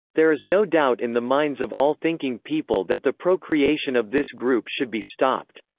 there is no doubt in the minds of all thinking people that the procreation of this group should be stopped.